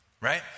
Right